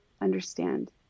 understand